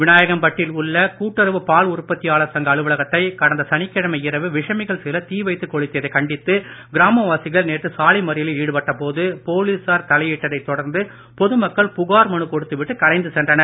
விநாயகம்பட்டில் உள்ள கூட்டுறவு பால் உற்பத்தியாளர் சங்க அலுவலகத்தை கடந்த சனிக்கிழமை இரவு விஷமிகள் சிலர் தீவைத்து கொளுத்தியதைக் கண்டித்து கிராமவாசிகள் நேற்று சாலை மறியலில் ஈடுபட்ட போது போலீசார் தலையிட்டதை தொடர்ந்து பொதுமக்கள் புகார் மனு கொடுத்து விட்டு கலைந்து சென்றனர்